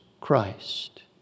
Christ